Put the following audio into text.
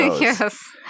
Yes